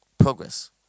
Progress